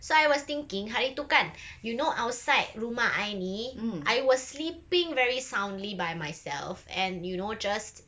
so I was thinking hari tu kan you know outside rumah I ni I was sleeping very soundly by myself and you know just